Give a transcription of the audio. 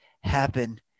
happen